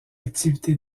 activité